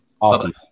Awesome